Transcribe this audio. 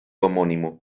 homónimo